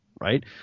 Right